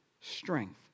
strength